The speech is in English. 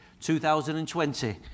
2020